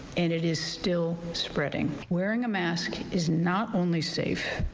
and it is still spreading. wearing a mask is not only safe,